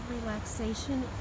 relaxation